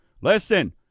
Listen